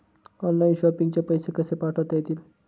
Online shopping चे पैसे कसे पाठवता येतील?